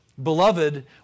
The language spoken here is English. Beloved